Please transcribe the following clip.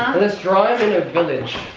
let's draw him in a village.